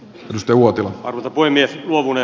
jos juotin voimin luvulle